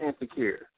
insecure